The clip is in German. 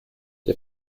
der